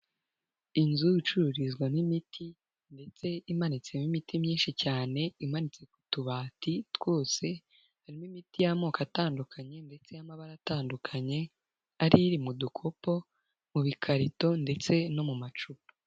Inzu icururizwa imiti ndetse imanitsemo imiti myinshi cyane, imanitse mu tubati twose, harimo imiti y'amoko atandukanye ndetse n'amabara atandukanye, ari iri mu dukopoko, mu bibikarito ndetse no mu macupa.